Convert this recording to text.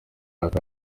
yaka